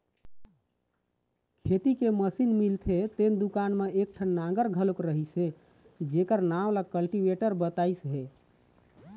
खेती के मसीन मिलथे तेन दुकान म एकठन नांगर घलोक रहिस हे जेखर नांव ल कल्टीवेटर बतइस हे